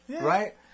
Right